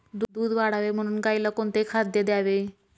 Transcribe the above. दूध वाढावे म्हणून गाईला कोणते खाद्य द्यावे?